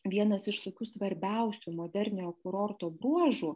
vienas iš tokių svarbiausių moderniojo kurorto bruožų